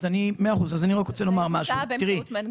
אלא זה יבוצע,